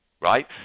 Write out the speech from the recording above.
right